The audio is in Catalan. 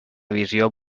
visió